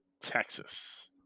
Texas